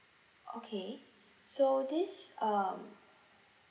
okay so this uh